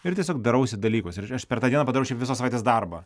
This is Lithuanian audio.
ir tiesiog darausi dalykus ir aš per tą dieną padarau šiaip visos savaitės darbą